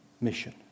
mission